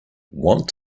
want